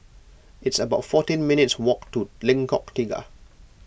it's about fourteen minutes walk to Lengkok Tiga